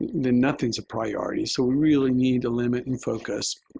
then nothing's a priority. so we really need to limit and focus.